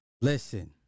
Listen